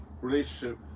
relationship